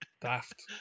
daft